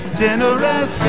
generous